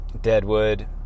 Deadwood